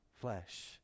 flesh